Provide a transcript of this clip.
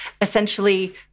Essentially